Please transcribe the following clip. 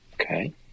Okay